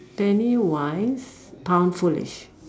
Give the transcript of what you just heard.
penny wise pound foolish